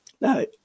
No